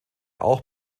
auch